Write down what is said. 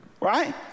Right